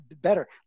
better